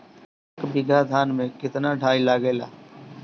एक बीगहा धान में केतना डाई लागेला?